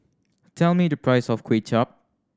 tell me the price of Kway Chap